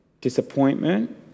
disappointment